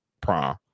prom